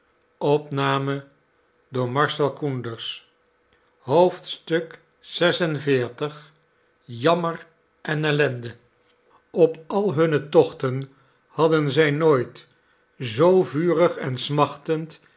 jammer en ellende op al hunne tochten hadden zij nooit zoo vurig en smachtend